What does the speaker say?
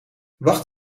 wacht